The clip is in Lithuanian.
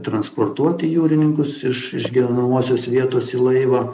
transportuoti jūrininkus iš iš gyvenamosios vietos į laivą